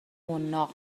حناق